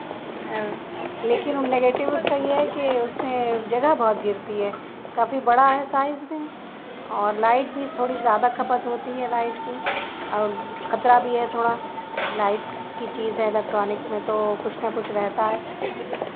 لیکن ان نیگیٹو اس کا یہ ہے کہ اس میں جگہ بہت گرتی ہے کافی بڑا ہے سائیز میں اور لائٹ بھی تھوڑی زیادہ کھپت ہوتی ہے لائٹ کی اور خطرہ بھی ہے تھوڑا لائٹ کی چیز ہے الیکٹرانک میں تو کچھ نہ کچھ رہتا ہے